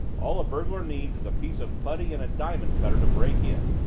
all a burglar needs is a piece of putty and a diamond-cutter to break in.